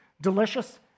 delicious